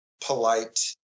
polite